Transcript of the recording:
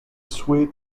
sweet